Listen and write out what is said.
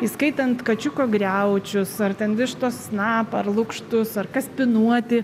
įskaitant kačiuko griaučius ar ten vištos snapą ar lukštus ar kaspinuotį